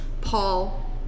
Paul